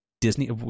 Disney